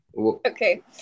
Okay